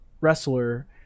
wrestler